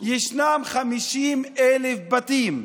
ישנם 50,000 בתים.